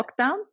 lockdown